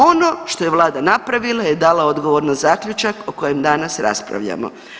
Ono što je vlada napravila je dala odgovor na zaključak o kojem danas raspravljamo.